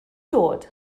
dod